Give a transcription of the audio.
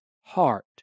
heart